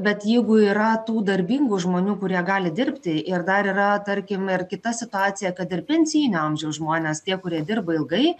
bet jeigu yra tų darbingų žmonių kurie gali dirbti ir dar yra tarkim ir kita situacija kad ir pensijinio amžiaus žmonės tie kurie dirba ilgai